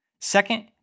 Second